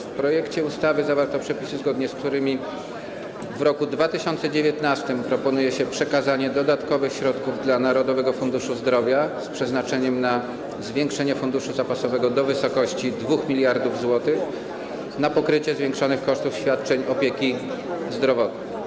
W projekcie ustawy zawarto przepisy, zgodnie z którymi w roku 2019 proponuje się przekazanie dodatkowych środków Narodowemu Funduszowi Zdrowia z przeznaczeniem na zwiększenie funduszu zapasowego do wysokości 2 mld zł na pokrycie zwiększonych kosztów świadczeń opieki zdrowotnej.